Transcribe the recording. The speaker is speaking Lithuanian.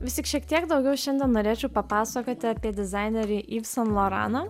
visik šiek tiek daugiau šiandien norėčiau papasakoti apie dizainerį yv san loraną